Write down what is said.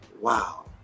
wow